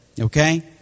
Okay